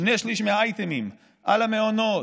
שני שלישים מהאייטמים על המעונות,